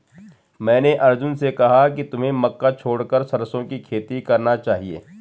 मैंने अर्जुन से कहा कि तुम्हें मक्का छोड़कर सरसों की खेती करना चाहिए